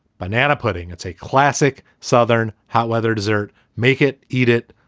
banana pudding, it's a classic southern hot weather dessert. make it. eat it.